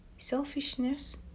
selfishness